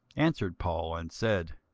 answered paul, and said,